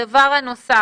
הדבר הנוסף,